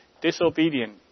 disobedient